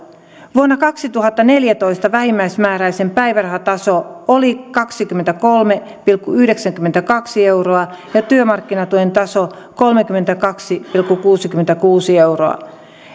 vuonna kaksituhattaneljätoista vähimmäismääräisen päivärahan taso oli kaksikymmentäkolme pilkku yhdeksänkymmentäkaksi euroa ja työmarkkinatuen taso kolmekymmentäkaksi pilkku kuusikymmentäkuusi euroa